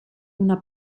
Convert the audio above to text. una